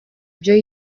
ibyo